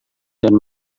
dan